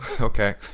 Okay